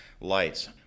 lights